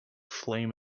flame